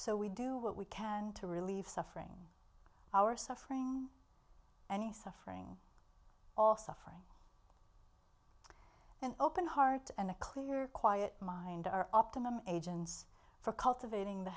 so we do what we can to relieve suffering our suffering any suffering all suffering an open heart and a clear quiet mind our optimum agents for cultivating the